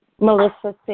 Melissa